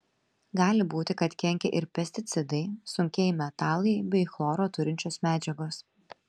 gali būti kad kenkia ir pesticidai sunkieji metalai bei chloro turinčios medžiagos